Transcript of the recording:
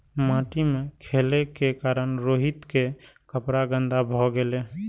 माटि मे खेलै के कारण रोहित के कपड़ा गंदा भए गेलै